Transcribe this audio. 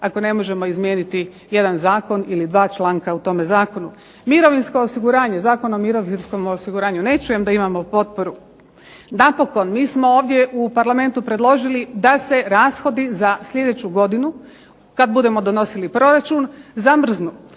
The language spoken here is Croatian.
ako ne možemo izmijeniti jedan zakon ili dva članka u tome zakonu. Mirovinsko osiguranje, Zakon o mirovinskom osiguranju, ne čujem da imamo potporu. Napokon, mi smo ovdje u Parlamentu predložili da se rashodi za sljedeću godinu kad budemo donosili proračun zamrznu,